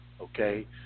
okay